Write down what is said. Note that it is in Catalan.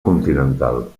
continental